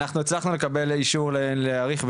אנחנו הצלחנו לקבל אישור ואנחנו נוכל